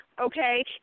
Okay